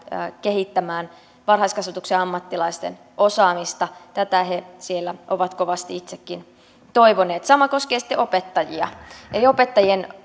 kehittämään varhaiskasvatuksen ammattilaisten osaamista tätä he siellä ovat kovasti itsekin toivoneet sama koskee sitten opettajia eli opettajien